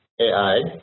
AI